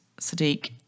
Sadiq